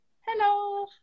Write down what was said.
Hello